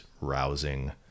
rousing